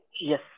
Yes